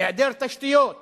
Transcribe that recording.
היעדר תשתיות במערכות,